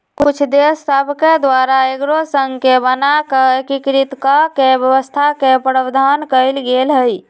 कुछ देश सभके द्वारा एगो संघ के बना कऽ एकीकृत कऽकेँ व्यवस्था के प्रावधान कएल गेल हइ